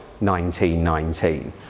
1919